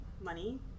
money